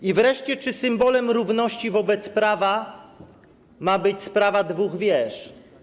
I wreszcie czy symbolem równości wobec prawa ma być sprawa dwóch wież?